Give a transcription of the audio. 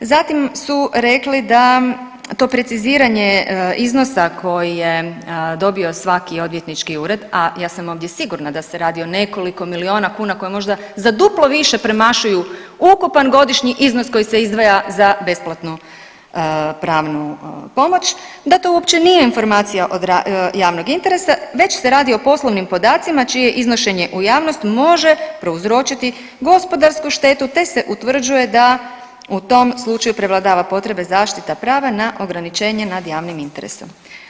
Zatim su rekli da to preciziranje iznosa koji je dobio svaki odvjetnički ured, a ja sam ovdje sigurna da se radi o nekoliko miliona kuna koje možda za duplo više premašuju ukupan godišnji iznos koji se izdvaja za besplatnu pravnu pomoć, da to uopće nije informacija od javnog interesa već se radi o poslovnim podacima čije iznošenje u javnost može prouzročiti gospodarsku štetu te se utvrđuje da u tom slučaju prevlada potreba zaštite prava na ograničenje nad javnim interesom.